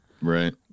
Right